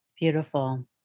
Beautiful